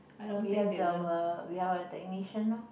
we have the our we have our technician lor